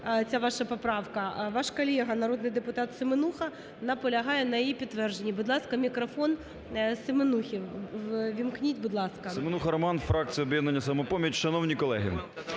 Ваш колега народний депутат Семенуха наполягає на її підтвердженні. Будь ласка, мікрофон Семенусі ввімкніть, будь ласка. 16:46:27 СЕМЕНУХА Р.С. Семенуха Роман, фракція "Об'єднання "Самопоміч". Шановні колеги,